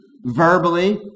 verbally